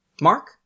Mark